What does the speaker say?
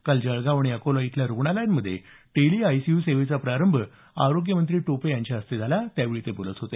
काल जळगाव आणि अकोला इथल्या रुग्णालयांमध्ये टेलीआयसीयूचा प्रारंभ आरोग्यमंत्री टोपे यांच्या हस्ते झाला त्यावेळी ते बोलत होते